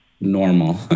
normal